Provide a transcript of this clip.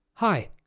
Hi